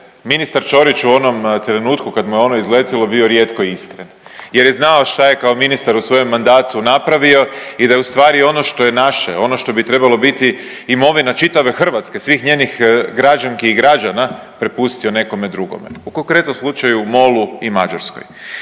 ministar Ćorić u onom trenutku kad mu je ono izletilo bio rijetko iskren jer je znao šta je kao ministar u svojem mandatu napravio i da je ustvari ono što je naše, ono što bi trebalo biti imovina čitave Hrvatske svih njenih građanki i građana prepustio nekome drugome. U konkretnom slučaju MOL-u i Mađarskoj.